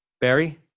Barry